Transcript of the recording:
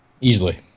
Easily